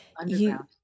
underground